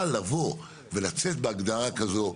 אבל לצאת בהגדרה כזאת,